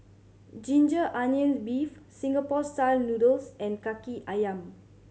ginger onions beef Singapore Style Noodles and Kaki Ayam